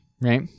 right